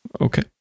Okay